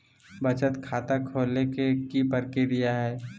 बचत खाता खोले के कि प्रक्रिया है?